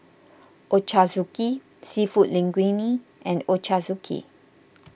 Ochazuke Seafood Linguine and Ochazuke